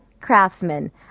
Craftsman